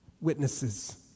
witnesses